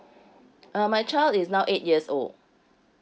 uh my child is now eight years old